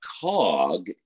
cog